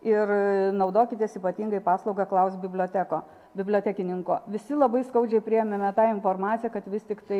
ir naudokitės ypatingai paslauga klausk biblioteko bibliotekininko visi labai skaudžiai priėmėme tą informaciją kad vis tiktai